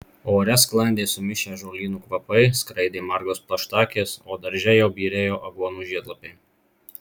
ore sklandė sumišę žolynų kvapai skraidė margos plaštakės o darže jau byrėjo aguonų žiedlapiai